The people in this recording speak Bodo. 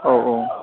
औ औ